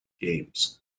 games